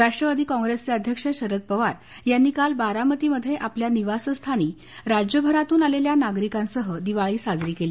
राष्ट्वादी काँप्रेसचे अध्यक्ष शरद पवार यांनी बारामतीमध्ये आपल्या निवास स्थानी राज्यभरातून आलेल्या नागरिकांसह दिवाळी साजरी केली